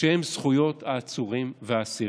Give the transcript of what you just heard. שהן זכויות העצורים והאסירים.